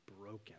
broken